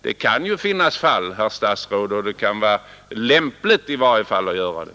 Det kan ju finnas fall, herr statsråd, då det i varje fall kan vara lämpligt att göra det.